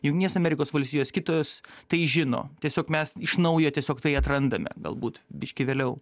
jungtinės amerikos valstijos kitos tai žino tiesiog mes iš naujo tiesiog tai atrandame galbūt biškį vėliau